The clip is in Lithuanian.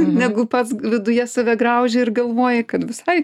negu pats viduje save grauži ir galvoji kad visai